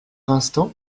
instants